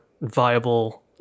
viable